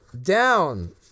down